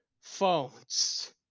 phones